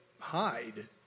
hide